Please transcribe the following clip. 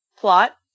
plot